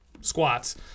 squats